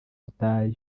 butayu